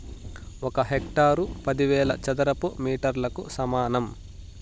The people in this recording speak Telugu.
ఒక హెక్టారు పదివేల చదరపు మీటర్లకు సమానం